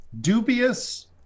dubious